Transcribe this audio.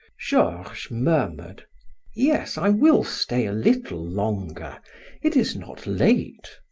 georges murmured yes, i will stay a little longer it is not late.